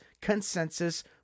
consensus